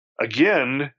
again